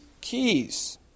keys